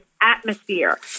atmosphere